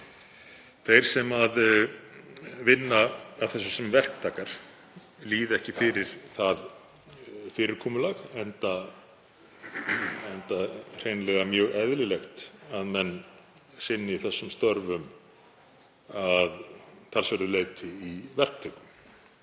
þeir sem vinna að því sem verktakar líði ekki fyrir það fyrirkomulag enda er mjög eðlilegt að menn sinni þessum störfum að talsverðu leyti í verktöku.